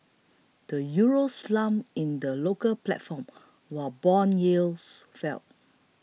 the euro slumped in the local platform while bond yields fell